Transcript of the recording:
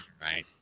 Right